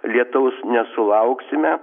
lietaus nesulauksime